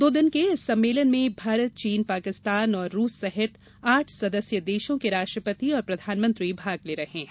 दो दिन के इस सम्मेलन में भारत चीन पाकिस्तान और रूस सहित आठ सदस्य देशों के राष्ट्रपति और प्रधानमंत्री भाग ले रहे हैं